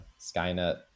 Skynet